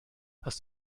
hast